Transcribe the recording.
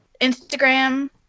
Instagram